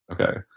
Okay